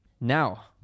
Now